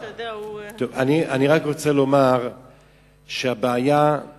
אני רק רוצה לומר שהבעיה היא